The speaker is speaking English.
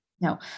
no